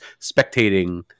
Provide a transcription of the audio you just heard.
spectating